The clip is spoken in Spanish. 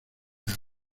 caer